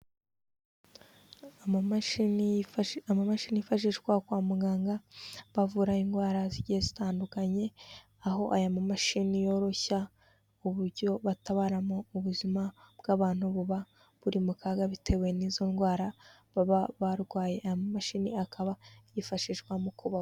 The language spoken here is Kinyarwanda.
Amamashini yifashi, amamashini yifashishwa kwa muganga, bavura indwara zigiye zitandukanye, aho aya ma mashini yoroshya uburyo batabaramo ubuzima bw'abantu, buba buri mu kaga, bitewe n'izo ndwara baba barwaye, aya mamashini akaba yifashishwa mu kubavura.